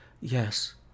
yes